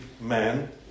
man